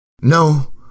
no